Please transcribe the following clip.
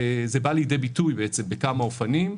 זה בא לידי ביטוי בכמה אופנים.